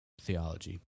theology